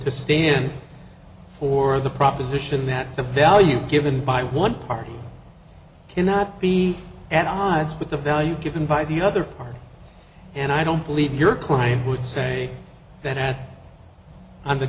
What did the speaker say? to stand for the proposition that the value given by one party cannot be at odds with the value given by the other part and i don't believe your client would say that